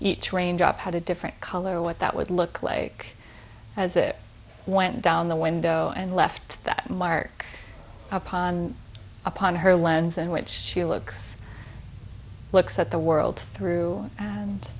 each raindrop had a different color what that would look like as it went down the window and left that mark upon upon her lens in which she looks looks at the world through and